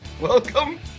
Welcome